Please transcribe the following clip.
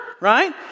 right